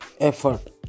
Effort